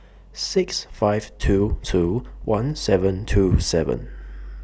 six five two two one seven two seven